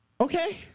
Okay